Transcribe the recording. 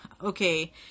okay